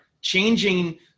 changing